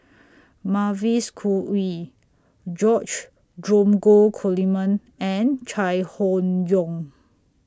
Mavis Khoo Oei George Dromgold Coleman and Chai Hon Yoong